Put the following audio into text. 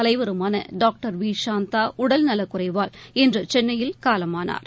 தலைவருமான doctor V Shanta உடல் நலக்குறைவால் இன்று சென்னையில் காலமானா்